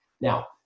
Now